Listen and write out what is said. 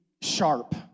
sharp